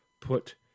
put